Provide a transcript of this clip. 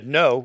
no